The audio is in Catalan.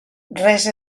res